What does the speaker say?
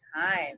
time